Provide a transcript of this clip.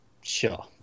Sure